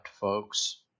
folks